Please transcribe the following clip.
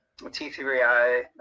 t3i